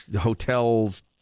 hotels